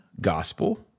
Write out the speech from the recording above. gospel